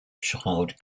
child